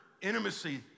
Intimacy